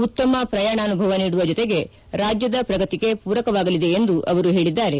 ಉತ್ತಮ ಪ್ರಯಾಣಾನುಭವ ನೀಡುವ ಜೊತೆಗೆ ರಾಜ್ಯದ ಪ್ರಗತಿಗೆ ಪೂರಕವಾಗಲಿದೆ ಎಂದು ಅವರು ಹೇಳಿದ್ದಾರೆ